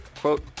quote